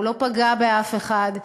הוא לא פגע באף אחד.